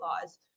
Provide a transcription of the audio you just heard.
laws